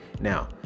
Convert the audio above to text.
now